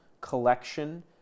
collection